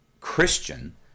Christian